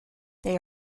they